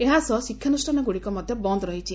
ଏହାସହ ଶିକ୍ଷାନୁଷ୍ଠାନଗୁଡ଼ିକ ମଧ ବନ୍ଦ ରହିଛି